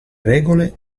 regole